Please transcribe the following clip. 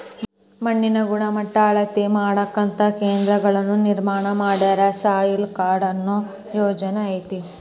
ಮಣ್ಣಿನ ಗಣಮಟ್ಟಾ ಅಳತಿ ಮಾಡಾಕಂತ ಕೇಂದ್ರಗಳನ್ನ ನಿರ್ಮಾಣ ಮಾಡ್ಯಾರ, ಸಾಯಿಲ್ ಕಾರ್ಡ ಅನ್ನು ಯೊಜನೆನು ಐತಿ